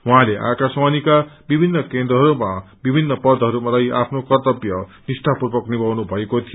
उहाँले आकाशवाणी का विभिन्न केन्द्रहरूमा विभिन्न पदहरूमा रही आफ्नो कन्नव्य निष्ठा पूर्वक निभाउनु भएको थियो